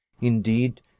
indeed